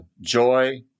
Joy